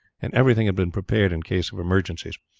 and everything had been prepared in case of emergencies.